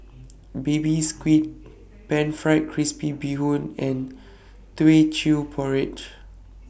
Baby Squid Pan Fried Crispy Bee Hoon and Teochew Porridge